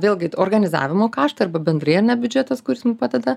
vėlgi organizavimo kaštai arba bendrai ane biudžetas kuris mum padeda